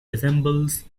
resembles